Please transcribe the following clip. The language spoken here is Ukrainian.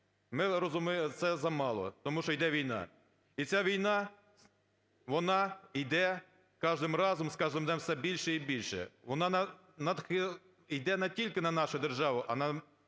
ми розуміємо, це замало, тому що йде війна. І ця війна вона йде з кожним разом з кожним днем все більше й більше, вона йде не тільки на нашу державу, а на